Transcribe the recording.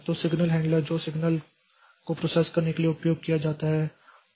तो signal handler जो signal को प्रोसेस करने के लिए उपयोग किया जाता है